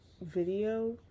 video